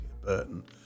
Burton